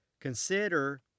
Consider